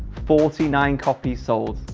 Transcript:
forty nine copies sold.